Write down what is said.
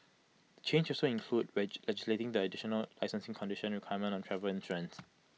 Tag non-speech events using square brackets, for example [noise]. changes also include [unintelligible] legislating the additional licensing condition requirement on travel insurance